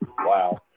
wow